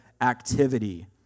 activity